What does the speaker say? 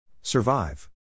Survive